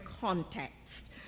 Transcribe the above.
context